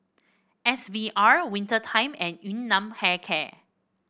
S V R Winter Time and Yun Nam Hair Care